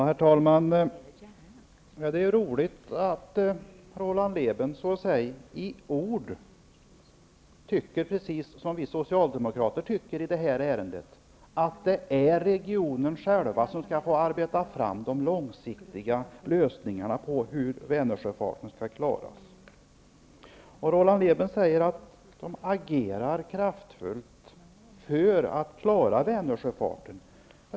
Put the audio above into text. Herr talman! Det är roligt att Roland Lében så att säga i ord tycker precis som vi socialdemokrater i det här ärendet, att det är regionen själv som skall få arbeta fram de långsiktiga lösningarna på hur Vänersjöfarten skall klaras. Roland Lében säger att han agerat kraftfullt för att klara Vänersjöfarten.